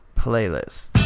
playlist